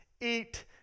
eat